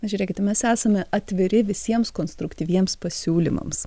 žiūrėkite mes esame atviri visiems konstruktyviems pasiūlymams